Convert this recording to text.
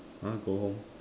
!huh! go home